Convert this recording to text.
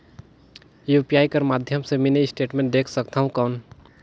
UPI कर माध्यम से मिनी स्टेटमेंट देख सकथव कौन?